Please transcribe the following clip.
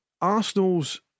Arsenal's